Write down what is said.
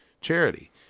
charity